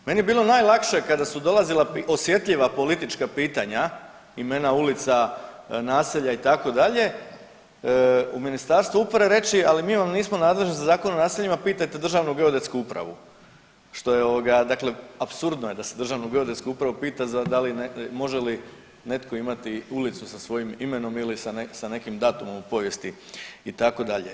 Meni je bilo najlakše kada su dolazila osjetljiva politička pitanja, imena ulica, naselja itd., u Ministarstvu uprave reći al mi vam nismo nadležni za Zakon o naseljima, pitajte Državnu geodetsku upravu, što je ovoga dakle apsurdno je da se Državnu geodetsku upravu pita može li netko imati ulicu sa svojim imenom ili sa nekim datumom u povijesti itd.